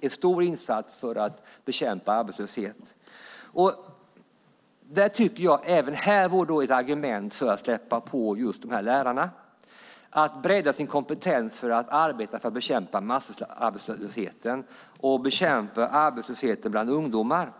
en stor insats för att bekämpa arbetslösheten. Även det vore ett argument för att släppa fram dessa lärare så att de kunde bredda sin kompetens och arbeta för att bekämpa massarbetslösheten, särskilt den bland ungdomar.